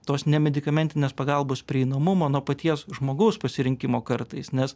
tos nemedikamentinės pagalbos prieinamumo nuo paties žmogaus pasirinkimo kartais nes